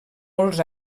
molts